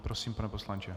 Prosím, pane poslanče.